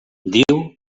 diu